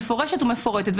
ומפורטת.